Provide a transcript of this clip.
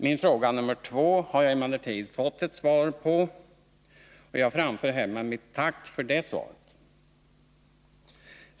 Min fråga nr 2 har jag emellertid fått ett svar på, och jag framför härmed mitt tack för det svaret.